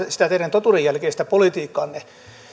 sitä teidän totuuden jälkeistä politiikkaanne